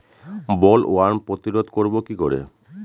Bollworm প্রতিরোধ করব কি করে?